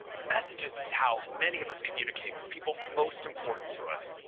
messages is how many of us communicate with people most important to us.